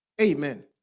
Amen